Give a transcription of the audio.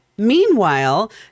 Meanwhile